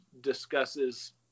discusses